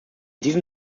diesem